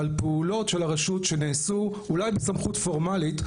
על פעולות של הרשות שנעשו אולי בסמכות פורמלית,